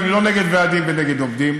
ואני לא נגד ועדים ונגד עובדים,